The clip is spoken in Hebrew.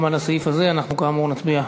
גם על הסעיף הזה אנחנו כאמור נצביע,